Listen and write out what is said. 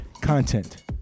content